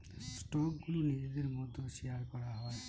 স্টকগুলো নিজেদের মধ্যে শেয়ার করা হয়